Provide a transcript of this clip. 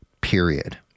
period